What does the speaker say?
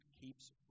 keeps